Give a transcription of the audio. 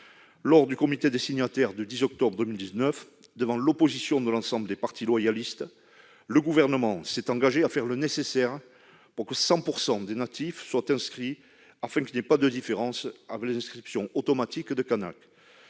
Lors du comité des signataires du 10 octobre 2019, devant l'opposition de l'ensemble des partis loyalistes, le Gouvernement s'est engagé à faire le nécessaire pour que 100 % des natifs soient inscrits afin qu'il n'y ait pas de différence avec les inscriptions automatiques de Kanaks.